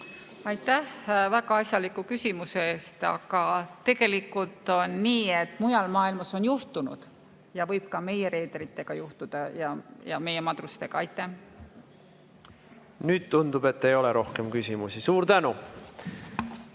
Aitäh väga asjaliku küsimuse eest! Aga tegelikult on nii, et mujal maailmas on juhtunud ja võib ka meie reederite ja meie madrustega juhtuda. Nüüd tundub, et ei ole rohkem küsimusi. Suur tänu!